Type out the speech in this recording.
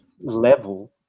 level